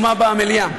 מהומה במליאה.